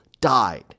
died